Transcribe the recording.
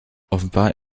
offenbar